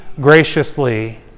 graciously